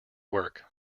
work